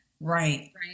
Right